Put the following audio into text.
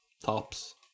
tops